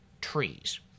trees